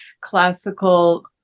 classical